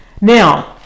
Now